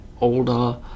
older